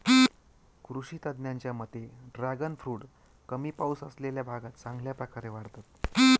कृषी तज्ज्ञांच्या मते ड्रॅगन फ्रूट कमी पाऊस असलेल्या भागात चांगल्या प्रकारे वाढतात